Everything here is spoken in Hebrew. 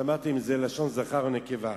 שאמרתי אם זה לשון זכר או נקבה.